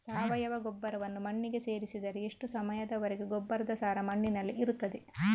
ಸಾವಯವ ಗೊಬ್ಬರವನ್ನು ಮಣ್ಣಿಗೆ ಸೇರಿಸಿದರೆ ಎಷ್ಟು ಸಮಯದ ವರೆಗೆ ಗೊಬ್ಬರದ ಸಾರ ಮಣ್ಣಿನಲ್ಲಿ ಇರುತ್ತದೆ?